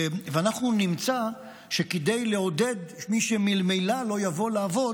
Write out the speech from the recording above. ואנחנו נמצא שכדי לעודד את מי שממילא לא יבוא לעבוד,